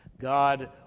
God